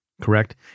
correct